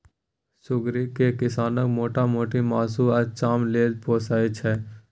सुग्गरि केँ किसान मोटा मोटी मासु आ चाम लेल पोसय छै